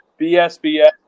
BSBS